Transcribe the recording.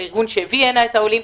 הארגון שהביא הנה את העולים.